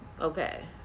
okay